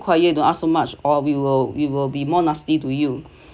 quiet don’t ask so much or we will we will be more nasty to you